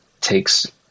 takes